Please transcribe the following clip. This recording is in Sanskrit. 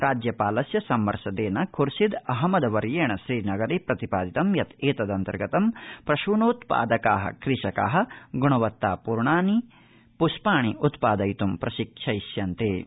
राज्यपालस्य सम्मशदेन ख्र्शीद अहमद गनाई वर्येण श्रीनगरे प्रतिपादितं यत् एतदन्तर्गतं प्रसूनोत्पादका कृषका ग्णवत्ता पूर्णानि पृष्पाणि उत्पादयितुं प्रशिक्षयिष्यन्ते